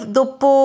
dopo